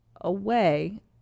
Away